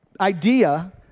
idea